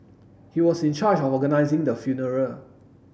he was in charge of organising the funeral